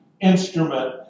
instrument